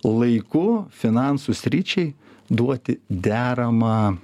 laiku finansų sričiai duoti deramą